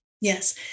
Yes